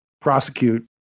prosecute